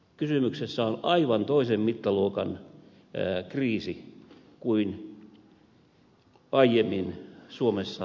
kysymyksessä on aivan toisen mittaluokan kriisi kuin aiemmin suomessa millään toimialalla